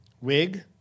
Wig